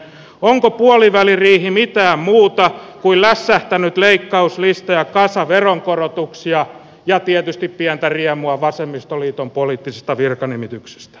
onko puoliväliriihi mitään muuta kuin lässähtänyt leikkauslista ja kasa veronkorotuksia ja tietysti pientä riemua vasemmistoliiton poliittisista virkanimityksistä